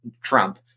Trump